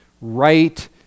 right